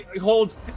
holds